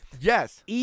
Yes